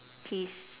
he's